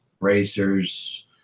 racers